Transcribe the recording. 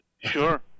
Sure